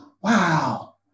wow